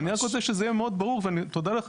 אני רק רוצה שזה יהיה מאוד ברור ותודה לך